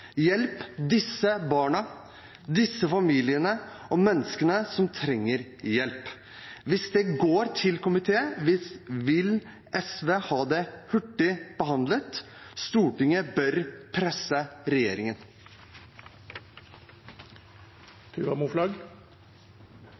Hjelp disse barna, disse familiene og menneskene som trenger hjelp! Hvis det går til komité, vil SV ha det hurtig behandlet. Stortinget bør presse regjeringen.